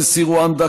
נשיא רואנדה,